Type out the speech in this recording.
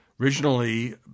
Originally